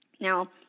Now